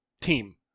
team